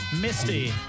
Misty